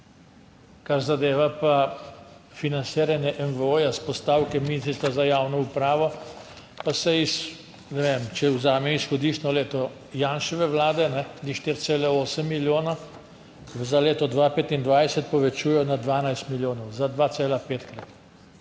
Kar zadeva pa financiranje EVO s postavke Ministrstva za javno upravo, pa se iz, ne vem, če vzamem izhodiščno leto Janševe vlade, iz 4,8 milijona za leto 2025 povečujejo na 12 milijonov za 2,5-krat.